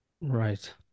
Right